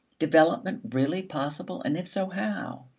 development really possible and if so, how?